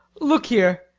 look here.